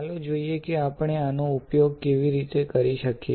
ચાલો જોઈએ કે આપણે આનો ઉપયોગ કેવી રીતે કરી શકીએ